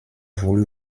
voulu